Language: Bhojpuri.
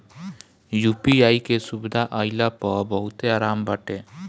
यू.पी.आई के सुविधा आईला पअ बहुते आराम बाटे